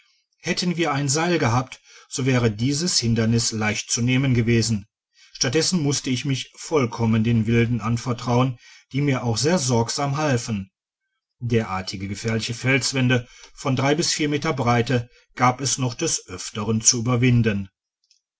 hätten wir ein seil gehabt so wäre dieses hinderniss leicht zu nehmen gewesen statt dessen musste ich mich vollkommen den wilden anvertrauen die mir auch sehr sorgsam halfen derartige gefährliche felswände von drei bis vier meter breite gab es noch des öfteren zu tiberwinden